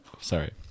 Sorry